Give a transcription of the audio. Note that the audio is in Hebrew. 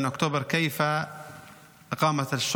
חברת